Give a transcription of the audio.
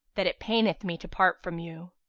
that it paineth me to part from you.